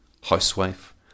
housewife